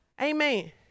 Amen